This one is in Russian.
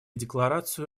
декларацию